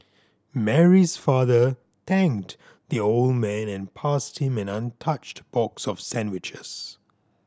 Mary's father thanked the old man and passed him an untouched box of sandwiches